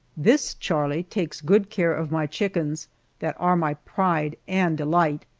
this charlie takes good care of my chickens that are my pride and delight.